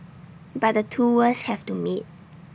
but the two worlds have to meet